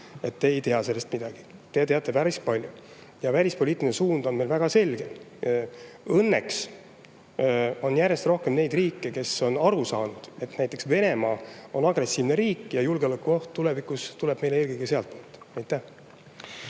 et te ei tea sellest midagi. Te teate päris palju. Ja välispoliitiline suund on meil väga selge. Õnneks on järjest rohkem neid riike, kes on aru saanud, et Venemaa on agressiivne riik ja julgeolekuoht tuleb meile tulevikus eelkõige sealt. Aitäh!